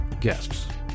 guests